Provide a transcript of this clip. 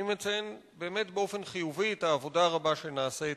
אני מציין באמת באופן חיובי את העבודה הרבה שנעשית